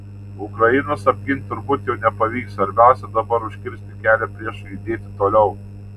ukrainos apginti turbūt jau nepavyks svarbiausia dabar užkirsti kelią priešui judėti toliau